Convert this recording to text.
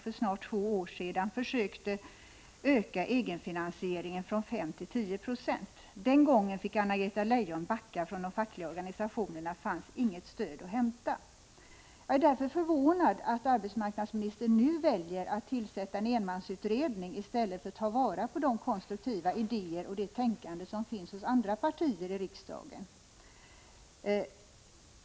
För snart två år sedan försökte hon ju öka egenfinansieringen från 590 till 10 26. Den gången fick Anna-Greta Leijon backa. Från de fackliga organisationerna fanns inget stöd att hämta. Jag är därför förvånad över att arbetsmarknadsministern nu väljer att tillsätta en enmansutredning, i stället för att ta vara på de konstruktiva idéer och det tänkande som finns i riksdagen.